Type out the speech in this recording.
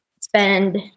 spend